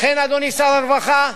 לכן, אדוני שר הרווחה,